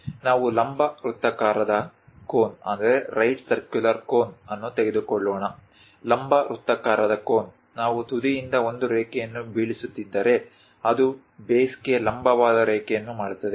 ನಾವು ಲಂಬ ವೃತ್ತಾಕಾರದ ಕೋನ್ ಅನ್ನು ತೆಗೆದುಕೊಳ್ಳೋಣ ಲಂಬ ವೃತ್ತಾಕಾರದ ಕೋನ್ ನಾವು ತುದಿಯಿಂದ ಒಂದು ರೇಖೆಯನ್ನು ಬೀಳಿಸುತ್ತಿದ್ದರೆ ಅದು ಬೇಸ್ಗೆ ಲಂಬವಾದ ರೇಖೆಯನ್ನು ಮಾಡುತ್ತದೆ